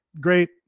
great